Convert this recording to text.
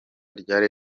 ryari